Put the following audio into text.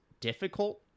difficult